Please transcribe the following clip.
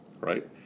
right